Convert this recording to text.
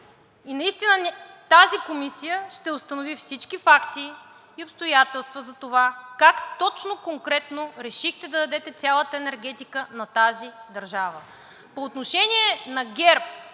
Наистина тази комисия ще установи всички факти и обстоятелства за това как точно, конкретно решихте да дадете цялата енергетика на тази държава. По отношение на ГЕРБ